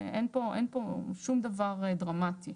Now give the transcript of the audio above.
אין פה שום דבר דרמטי.